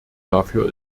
dafür